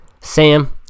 Sam